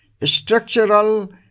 structural